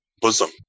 bosom